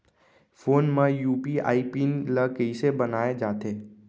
Phone म UPI PIN ल कइसे बनाये जाथे?